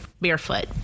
barefoot